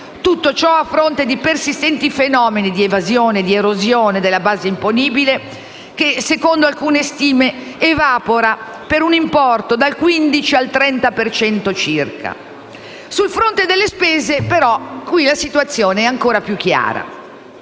Tutto ciò a fronte di persistenti fenomeni di evasione e di erosione della base imponibile che, secondo alcune stime, «evapora» per un importo dal 15 per cento al 30 per cento circa. Sul fronte delle spese, però, la situazione è più chiara